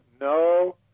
no